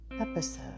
episode